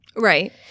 Right